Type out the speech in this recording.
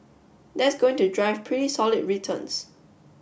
that's going to drive pretty solid returns